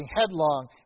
headlong